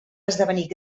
esdevenir